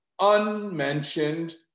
unmentioned